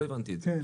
לא הבנתי את זה.